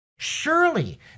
Surely